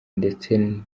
ndetse